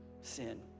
sin